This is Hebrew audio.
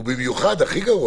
הכי גרוע